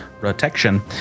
protection